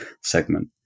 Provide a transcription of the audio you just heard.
segment